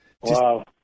Wow